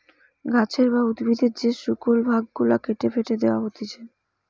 গাছের বা উদ্ভিদের যে শুকল ভাগ গুলা কেটে ফেটে দেয়া হতিছে